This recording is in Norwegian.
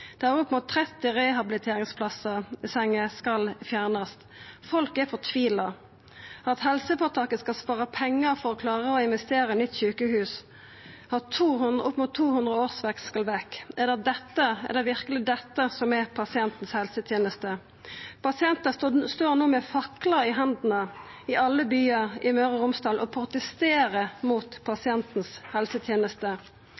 våren, og opp mot 30 rehabiliteringssenger skal fjernast. Folk er fortvila over at helseføretaket skal spara pengar for å klara å investera i nytt sjukehus, og at opp mot 200 årsverk skal vekk. Er det verkeleg dette som er pasientens helseteneste? Pasientar står no med faklar i hendene i alle byar i Møre og Romsdal og protesterer mot